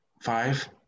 five